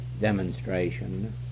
demonstration